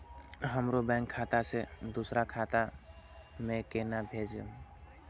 हमरो बैंक खाता से दुसरा खाता में केना भेजम?